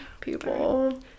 people